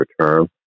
term